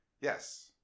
Yes